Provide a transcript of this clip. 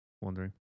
wondering